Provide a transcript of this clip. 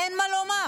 אין מה לומר,